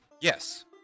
yes